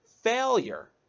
failure